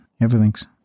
Everything's